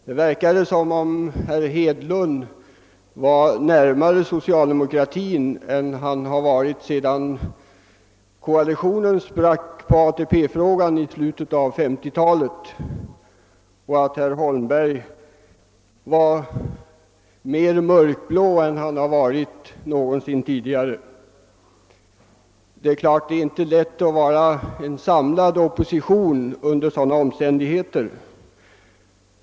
Det verkade som om herr Hedlund var närmare socialdemokratin än han har varit sedan koalitionen sprack på grund av ATP-frågan i slutet av 1950-talet och att herr Holmberg var mer mörkblå än han har varit någonsin tidigare. Det är naturligtvis inte lätt att vara en samlad opposition under sådana omständigheter.